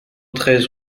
treize